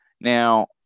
Now